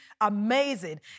amazing